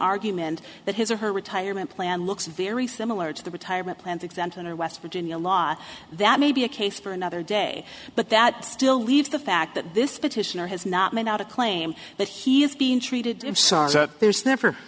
argument that his or her retirement plan looks very similar to the retirement plan for example in a west virginia law that may be a case for another day but that still leaves the fact that this petitioner has not made out a claim that he is being treated that there's never